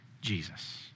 Jesus